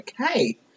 Okay